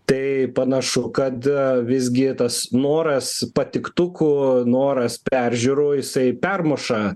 tai panašu kad vizgi tas noras patiktukų noras peržiūrų jisai permuša